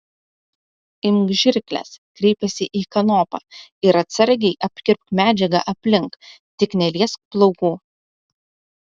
imk žirkles kreipėsi į kanopą ir atsargiai apkirpk medžiagą aplink tik neliesk plaukų